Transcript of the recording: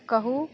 कहू